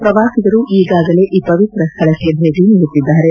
ಪ್ರವಾಸಿಗರು ಈಗಾಗಲೇ ಈ ಪವಿತ್ರ ಸ್ನಳಕ್ಕೆ ಭೇಟ ನೀಡುತ್ತಿದ್ದಾರೆ